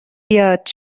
بیاد